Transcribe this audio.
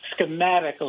schematically